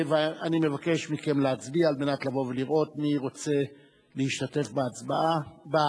אני מבקש מכם להצביע על מנת לבוא ולראות מי רוצה להשתתף בנאומים.